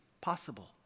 possible